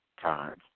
times